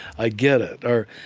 i get it. or,